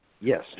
Yes